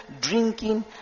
drinking